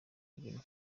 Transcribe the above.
ibintu